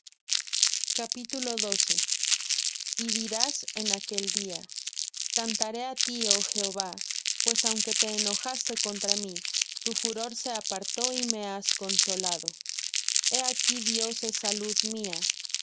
egipto y diras en aquel día cantaré á ti oh jehová pues aunque te enojaste contra mí tu furor se apartó y me has consolado he aquí dios es salud mía